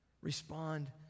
Respond